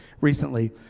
recently